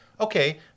Okay